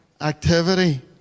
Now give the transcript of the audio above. activity